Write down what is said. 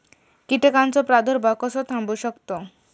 कीटकांचो प्रादुर्भाव कसो थांबवू शकतव?